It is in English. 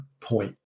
point